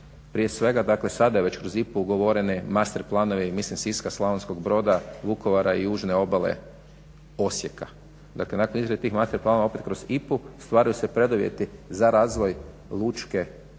Parije svega dakle sada je već … ugovorene master planove mislim Siska i Slavonskog Broda, Vukovara i južne obale Osijeka. Dakle nakon izrade tih master planova opet kroz IPA-u stvaraju se preduvjeti za razvoj lučke